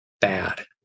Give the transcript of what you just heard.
bad